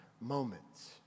moments